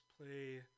play